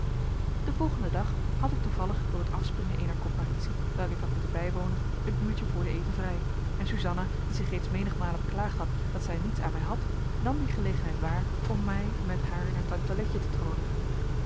den volgenden dag had ik toevallig door het afspringen eener comparitie welke ik had moeten bijwonen een uurtje voor den eten vrij en suzanna die zich reeds menigmalen beklaagd had dat zij niets aan mij had nam die gelegenheid waar om mij met haar naar tante letje te tronen